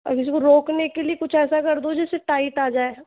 अब इसको रोकने के लिए कुछ ऐसा कर दो जिस से टाइट आ जाए